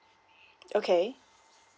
okay